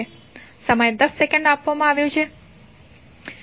સમય 10 સેકન્ડ આપવામાં આવેલ છે